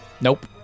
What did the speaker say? nope